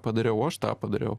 padariau aš tą padariau